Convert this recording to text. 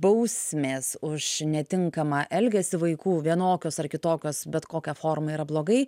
bausmės už netinkamą elgesį vaikų vienokios ar kitokios bet kokia forma yra blogai